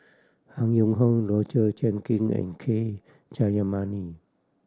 Han Yong Hong Roger Jenkin and K Jayamani